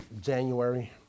January